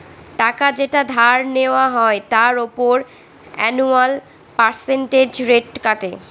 টাকা যেটা ধার নেওয়া হয় তার উপর অ্যানুয়াল পার্সেন্টেজ রেট কাটে